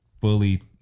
fully